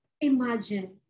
imagine